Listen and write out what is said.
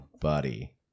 buddy